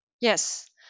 yes